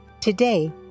Today